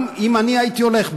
גם אם אני הייתי הולך,